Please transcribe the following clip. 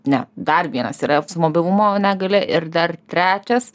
ne dar vienas yra su mobilumo negalia ir dar trečias